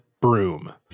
broom